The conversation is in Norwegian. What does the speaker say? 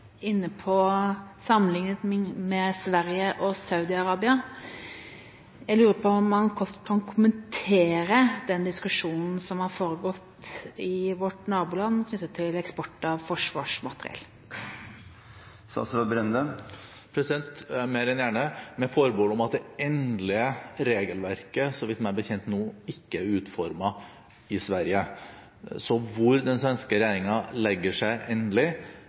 inne på, og sammenlignet med, Sverige og Saudi-Arabia. Jeg lurer på om han kort kan kommentere den diskusjonen som har foregått i vårt naboland knyttet til eksport av forsvarsmateriell. Mer enn gjerne – med forbehold om at det endelige regelverket meg bekjent ennå ikke er utformet i Sverige. Så hvor den svenske regjeringen legger seg endelig,